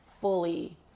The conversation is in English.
fully